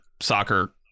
soccer